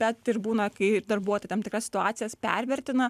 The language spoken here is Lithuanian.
bet ir būna kai darbuotojai tam tikras situacijas pervertina